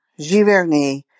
Giverny